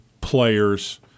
players